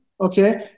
okay